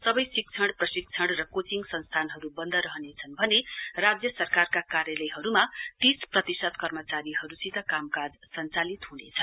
सबै शिक्षण प्रशिक्षण र कोचिङ संस्थानहरू बन्द रहनेछन् भने राज्य सरकारका कार्यालयहरूमा प्रतिशत कर्मचारीहरूसित कामकाज सञ्चालित तीस हनेछ